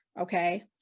Okay